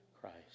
Christ